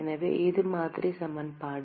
எனவே இது மாதிரி சமன்பாடு